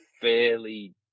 fairly